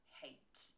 hate